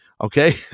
Okay